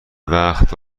وقت